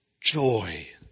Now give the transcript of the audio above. joy